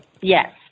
Yes